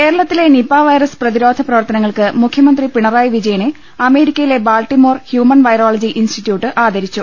കേരളത്തിലെ നിപ വൈറസ് പ്രതിരോധ പ്രവർത്ത നങ്ങൾക്ക് മുഖ്യമന്ത്രി പിണറായി വിജയനെ അമേരി ക്കയിലെ Baltimore human virology institute ആദരിച്ചു